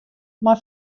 mei